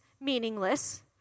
meaningless